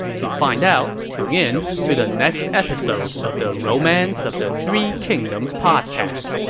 to find out, tune in to the next episode of the romance of the three kingdoms podcast.